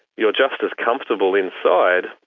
you are just as comfortable inside,